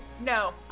No